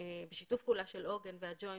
בשיתוף פעולה של עוגן והג'וינט.